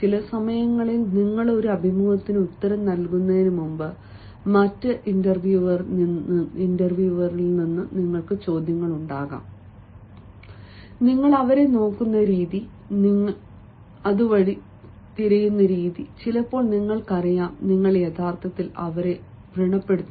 ചില സമയങ്ങളിൽ നിങ്ങൾ ഒരു അഭിമുഖത്തിന് ഉത്തരം നൽകുന്നതിനുമുമ്പ് മറ്റ് ഇന്റർവ്യൂവർ നിന്ന് ചോദ്യങ്ങൾ ഉണ്ടാകാം നിങ്ങൾ അവരെ നോക്കുന്ന രീതി നിങ്ങൾ വളയുന്ന രീതി ഒരു വഴി തിരിയുന്ന രീതി ചിലപ്പോൾ നിങ്ങൾക്കറിയാം നിങ്ങൾ യഥാർത്ഥത്തിൽ അവരെ വ്രണപ്പെടുത്തുന്നു